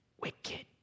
wicked